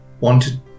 wanted